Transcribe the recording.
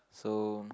so